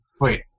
Wait